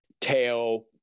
Tail